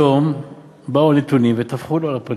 היום באו הנתונים וטפחו לו על הפנים.